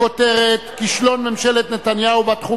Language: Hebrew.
בכותרת: כישלון ממשלת נתניהו בתחום